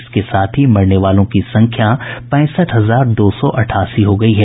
इसके साथ ही मरने वालों की संख्या पैंसठ हजार दो सौ अठासी हो गई है